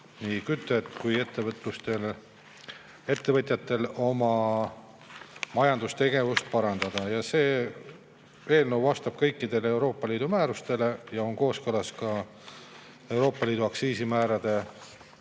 kütte [hinda vähendada] ja ettevõtjatel oma majandustegevust parandada. See eelnõu vastab kõikidele Euroopa Liidu määrustele ja on kooskõlas ka Euroopa Liidu aktsiisimäärade